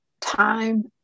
time